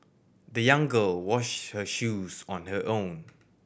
the young girl washed her shoes on her own